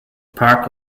park